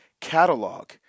Catalog